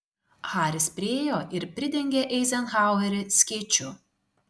haris priėjo ir pridengė eizenhauerį skėčiu